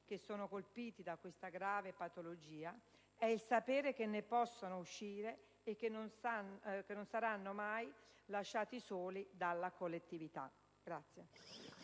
cittadini colpiti da questa grave patologia è il sapere che ne possono uscire e che non saranno mai lasciati soli dalla collettività.